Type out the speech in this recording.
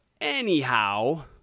anyhow